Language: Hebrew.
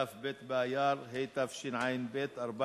באייר התשע"ב,